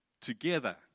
together